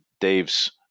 Dave's